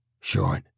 Short